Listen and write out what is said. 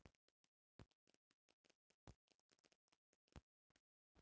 वाणिज्यिक बैंक ग्राहक सन के उधार दियावे ला